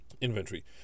inventory